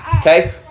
okay